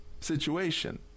situation